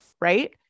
right